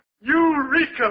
Eureka